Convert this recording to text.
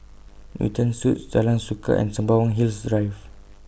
Newton Suites Jalan Suka and Sembawang Hills Drive